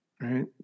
right